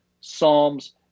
Psalms